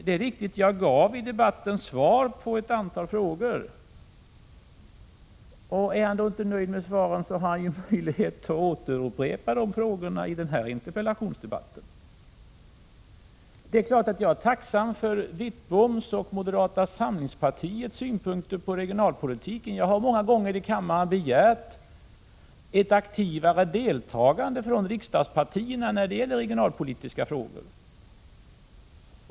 Det är riktigt att jag då gav svar på ett antal frågor, och om han inte är nöjd med svaren har han möjlighet att upprepa frågorna i dag. Jag är naturligtvis tacksam för Bengt Wittboms och moderata samlingspartiets synpunkter på regionalpolitiken — jag har många gånger i kammaren begärt ett mera aktivt deltagande från riksdagspartierna när det gäller regionalpolitiska frågor.